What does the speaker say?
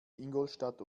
ingolstadt